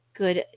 good